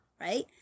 Right